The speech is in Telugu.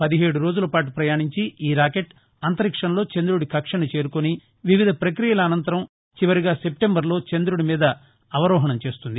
పదిహేదు రోజులపాటు ప్రయాణించి ఈ రాకెట్ అంతరిక్షంలో చంద్రుడి కక్ష్యను చేరుకొని వివిధ ప్రప్రక్రియల అనంతరం చివరిగా సెస్టెంబర్ లో చంద్రుడి మీద అవరోహణం చేస్తుంది